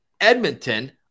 Edmonton